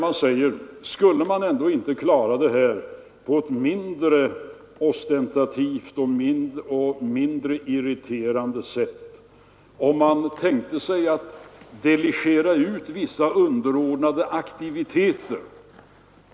Man säger: Skulle vi ändå inte klara det här på ett mindre ostentativt och mindre irriterande sätt? Man tänker sig att delegera ut vissa underordnade aktiviteter.